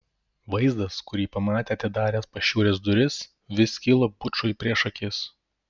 vaizdas kurį pamatė atidaręs pašiūrės duris vis kilo bučui prieš akis